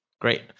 Great